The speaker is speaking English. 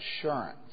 assurance